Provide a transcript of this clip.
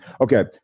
Okay